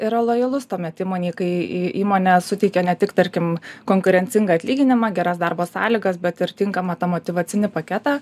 yra lojalus tuomet įmonei kai į įmonė suteikia ne tik tarkim konkurencingą atlyginimą geras darbo sąlygas bet ir tinkamą tą motyvacinį paketą